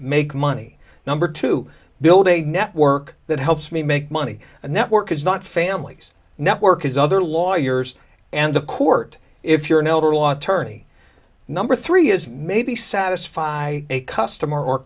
make money number two build a network that helps me make money and that work is not families network is other lawyers and the court if you're an elder law tourney number three is maybe satisfy a customer or